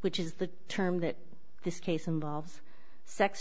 which is the term that this case involves sex